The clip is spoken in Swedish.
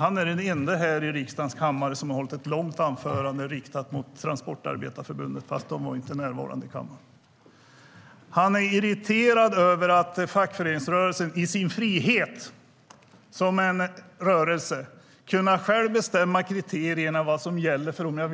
Han är den enda som i riksdagen har hållit ett långt anförande riktat mot Transportarbetareförbundet, fast det inte var någon därifrån som var närvarande. Sven-Olof Sällström är irriterad över att fackföreningsrörelsen i sin frihet som en rörelse själv bestämmer kriterierna för om någon